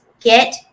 get